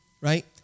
right